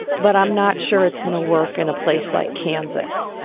but i'm not sure it's going to work in a place like kansas.